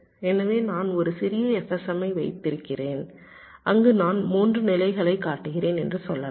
எனவே நான் ஒரு சிறிய FSM ஐ வைத்திருக்கிறேன் அங்கு நான் 3 நிலைகளை காட்டுகிறேன் என்று சொல்லலாம்